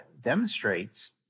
demonstrates